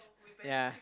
yeah